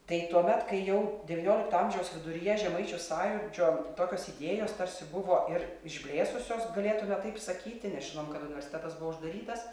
tai tuomet kai jau devyniolikto amžiaus viduryje žemaičių sąjūdžio tokios idėjos tarsi buvo ir išblėsusios galėtume taip sakyti nes žinom kad universitetas buvo uždarytas